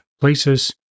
places